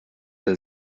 der